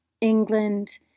England